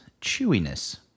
chewiness